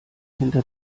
hinter